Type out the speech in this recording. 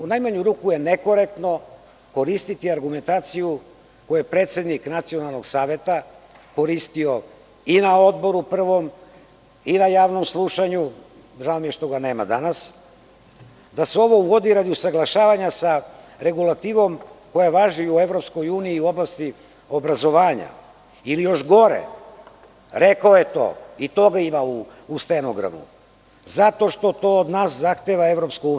U najmanju ruku je nekorektno koristiti argumentaciju koju je predsednik Nacionalnog saveta koristio i na odboru prvom i na javnom slušanju, žao mi je što ga nema danas, da se ovo uvodi radi usaglašavanja sa regulativom koja važi i u EU i u oblasti obrazovanja i još gore, rekao je to, i toga ima u stenogramu, zato što to od nas zahteva EU.